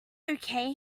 okay